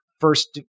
first